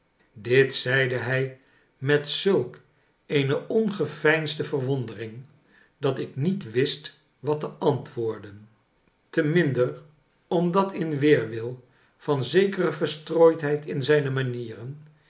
dit zeide hij met zulk eene ongeveinsde verwondering dat ik niet wist wat te antwoorden te minder omdat in weerwil van zekere verstrooidheid in zijne manieren